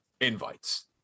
invites